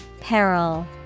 Peril